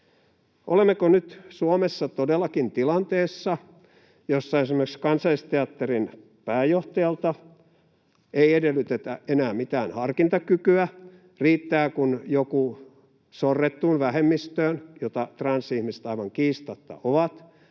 Olemmeko nyt Suomessa todellakin tilanteessa, jossa esimerkiksi Kansallisteatterin pääjohtajalta ei edellytetä enää mitään harkintakykyä? Riittää, kun jotkut sorrettuun vähemmistöön — jota transihmiset aivan kiistatta ovat